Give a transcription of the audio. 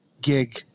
gig